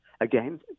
Again